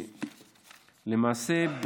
למעשה,